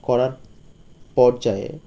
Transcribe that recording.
করার পর্যায়ে